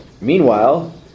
Meanwhile